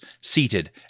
seated